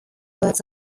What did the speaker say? works